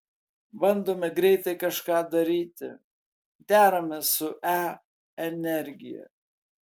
bandome greitai kažką daryti deramės su e energija